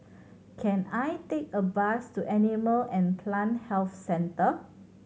can I take a bus to Animal and Plant Health Centre